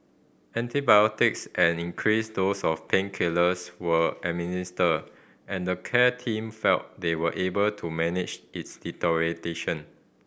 antibiotics and increased dose of painkillers were administered and the care team felt they were able to manage its deterioration